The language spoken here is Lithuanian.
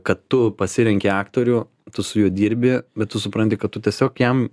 kad tu pasirenki aktorių tu su juo dirbi bet tu supranti kad tu tiesiog jam